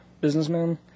businessman